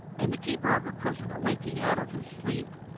and the keeper of the prison awaking out of his sleep,